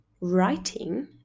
writing